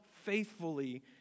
faithfully